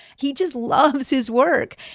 he just loves his work.